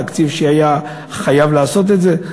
תקציב שהיו חייבים לעשות אותו.